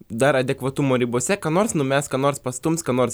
dar adekvatumo ribose ką nors numes ką nors pastums ką nors